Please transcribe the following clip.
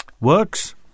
Works